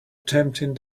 tempting